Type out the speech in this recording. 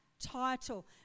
title